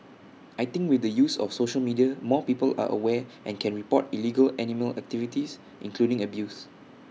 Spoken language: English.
I think with the use of social media more people are aware and can report illegal animal activities including abuse